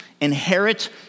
inherit